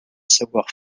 savoir